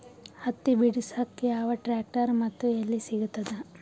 ಹತ್ತಿ ಬಿಡಸಕ್ ಯಾವ ಟ್ರ್ಯಾಕ್ಟರ್ ಮತ್ತು ಎಲ್ಲಿ ಸಿಗತದ?